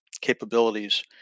capabilities